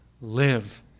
live